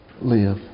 live